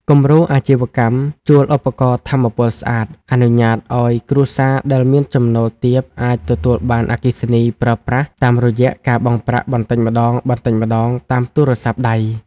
គំរូអាជីវកម្មជួលឧបករណ៍ថាមពលស្អាត អនុញ្ញាតឱ្យគ្រួសារដែលមានចំណូលទាបអាចទទួលបានអគ្គិសនីប្រើប្រាស់តាមរយៈការបង់ប្រាក់បន្តិចម្ដងៗតាមទូរស័ព្ទដៃ។